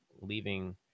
leaving